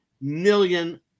million